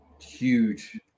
huge